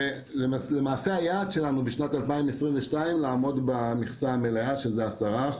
למעשה היעד שלנו בשנת 2022 לעמוד במכסה המלאה שזה 10%,